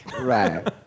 Right